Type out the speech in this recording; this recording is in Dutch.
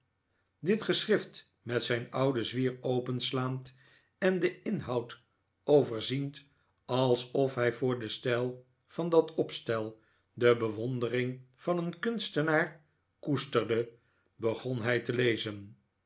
dit geschrift met zijn ouden zwier openslaand en den inhoud overziend alsof hij voor den stijl van dat opstel de bewondering van een kunstenaar koesterde begon hij te lezen